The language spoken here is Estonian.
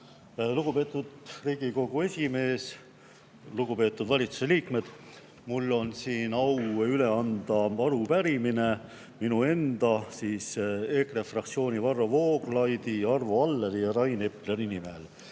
Lugupeetud Riigikogu esimees! Lugupeetud valitsuse liikmed! Mul on au üle anda arupärimine minu enda ja EKRE fraktsioonist Varro Vooglaiu, Arvo Alleri ja Rain Epleri nimel.